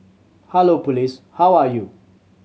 hello police how are you